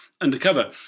undercover